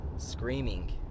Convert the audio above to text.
screaming